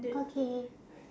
okay